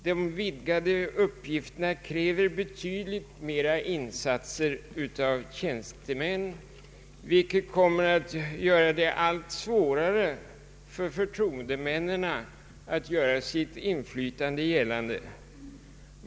De vidgade uppgifterna kräver betydligt mer insatser av tjänstemän, vilket kommer att göra det allt svårare för förtroendemännen att göra sitt inflytande gällande.